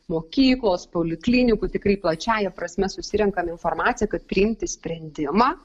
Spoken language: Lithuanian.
mokyklos poliklinikų tikrai plačiąja prasme susirenkame informaciją kad priimti sprendimą